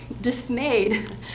dismayed